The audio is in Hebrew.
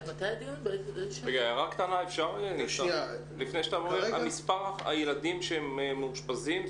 לפני כן אני רוצה להתייחס למספר הילדים המאושפזים.